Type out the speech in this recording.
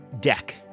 deck